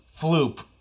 floop